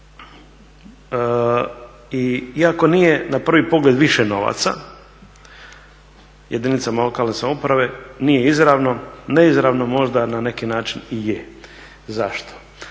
iako nije na prvi pogled više novaca jedinicama lokalne samouprave, nije izravno, neizravno možda na neki način i je. Zašto?